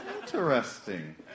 Interesting